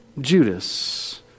Judas